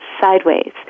sideways